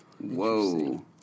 Whoa